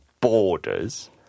borders